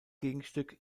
gegenstück